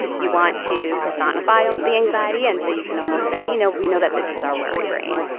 you want to personify um the anxiety. and so you can almost say, you know, we know that this is our worry brain.